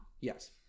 yes